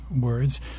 words